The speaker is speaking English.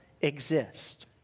exist